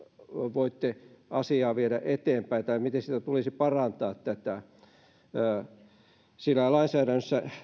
voitte asiaa viedä eteenpäin tai miten sitä tulisi parantaa sillä lainsäädännössä